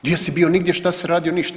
Gdje si bio nigdje, šta si radio ništa.